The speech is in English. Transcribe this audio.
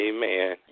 Amen